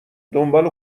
دنبال